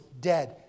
dead